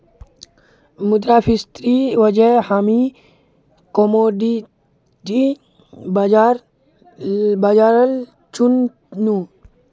मुद्रास्फीतिर वजह हामी कमोडिटी बाजारल चुन नु